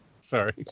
Sorry